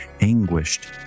anguished